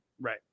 Right